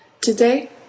Today